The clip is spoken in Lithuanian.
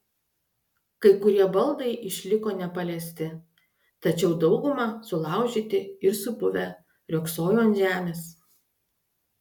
kai kurie baldai išliko nepaliesti tačiau dauguma sulaužyti ir supuvę riogsojo ant žemės